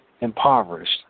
impoverished